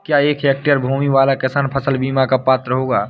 क्या एक हेक्टेयर भूमि वाला किसान फसल बीमा का पात्र होगा?